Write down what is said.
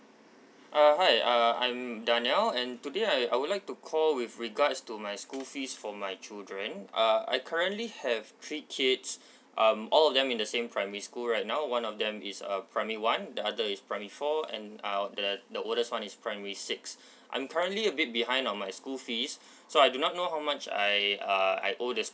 uh hi uh and daniel and today I I would like to call with regards to my school fees for my children uh I currently have three kids um all of them in the same primary school right now one of them is uh primary one the other is primary four and uh the the oldest one is primary six I'm currently a bit behind of my school fees so I do you know how much I uh I owe the